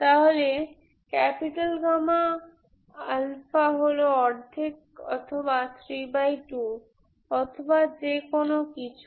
তাহলে হল অর্ধেক অথবা 32 অথবা যেকোনো কিছু